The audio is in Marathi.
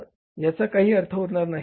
तर याचा काहीही अर्थ उरणार नाही